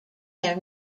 their